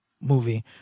movie